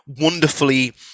wonderfully